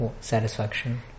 satisfaction